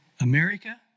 America